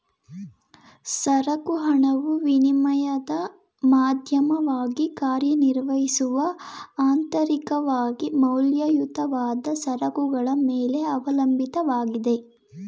ಸರಕು ಹಣವು ವಿನಿಮಯದ ಮಾಧ್ಯಮವಾಗಿ ಕಾರ್ಯನಿರ್ವಹಿಸುವ ಅಂತರಿಕವಾಗಿ ಮೌಲ್ಯಯುತವಾದ ಸರಕುಗಳ ಮೇಲೆ ಅವಲಂಬಿತವಾಗಿದೆ